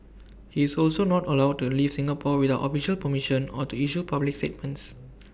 he is also not allowed to leave Singapore without official permission or to issue public statements